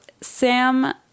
Sam